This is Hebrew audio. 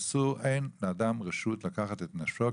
אין לאדם רשות לקחת את נפשו,